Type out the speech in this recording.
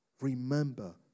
Remember